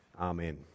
Amen